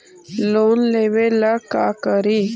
Loan लेबे ला का करि?